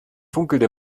funkelte